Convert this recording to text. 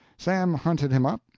sam hunted him up,